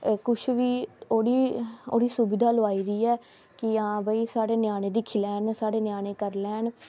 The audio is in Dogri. कुछ बी ओह्दी ओह्दी सुविधा लोआई दी ऐ कि आं भाई साढ़े ञ्यानें दिक्खी लैन साढ़े ञ्यानें करी लैन